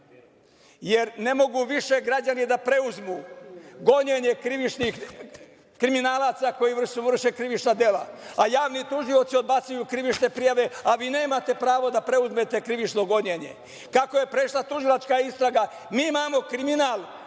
jer ne mogu više građani da preuzmu gonjenje kriminalaca koji vrše krivična dela, a javni tužioci odbacuju krivične prijave, a vi nemate pravo da preuzmete krivično gonjenje. Kako je prešla tužilačka istraga? Mi imamo kriminal